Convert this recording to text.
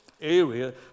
area